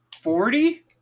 Forty